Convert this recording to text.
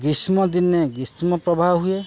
ଗ୍ରୀଷ୍ମ ଦିନେ ଗ୍ରୀଷ୍ମ ପ୍ରବାହ ହୁଏ